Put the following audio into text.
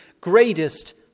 greatest